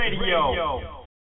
Radio